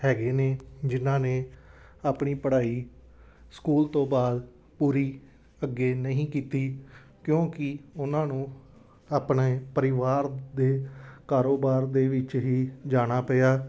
ਹੈਗੇ ਨੇ ਜਿਨ੍ਹਾਂ ਨੇ ਆਪਣੀ ਪੜ੍ਹਾਈ ਸਕੂਲ ਤੋਂ ਬਾਅਦ ਪੂਰੀ ਅੱਗੇ ਨਹੀਂ ਕੀਤੀ ਕਿਉਂਕਿ ਉਹਨਾਂ ਨੂੰ ਆਪਣੇ ਪਰਿਵਾਰ ਦੇ ਕਾਰੋਬਾਰ ਦੇ ਵਿੱਚ ਹੀ ਜਾਣਾ ਪਿਆ